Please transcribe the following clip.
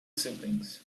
siblings